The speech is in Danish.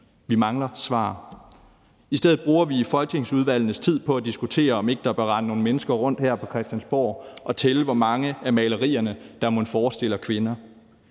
Vi mangler svar. I stedet bruger vi folketingsudvalgenes tid på at diskutere, om ikke der bør rende nogle mennesker rundt her på Christiansborg og tælle, hvor mange af malerierne der mon forestiller kvinder.